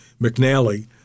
McNally